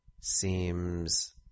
seems